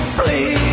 please